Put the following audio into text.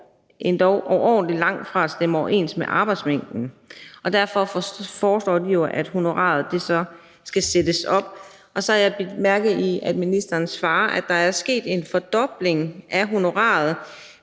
endog overordentlig langt fra at stemme overens med arbejdsmængden. Derfor foreslår de jo, at honoraret skal sættes op. Så har jeg bidt mærke i, at ministeren svarer, at der er sket en fordobling af honoraret,